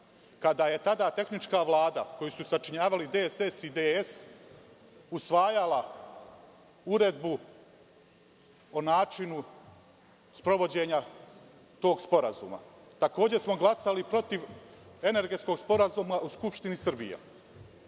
kada je tada tehnička Vlada, koju su sačinjavali DSS i DS, usvajala Uredbu o načinu sprovođenja tog sporazuma. Takođe smo glasali protiv Energetskog sporazuma u Skupštini Srbije. Ono